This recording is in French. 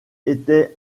était